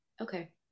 okay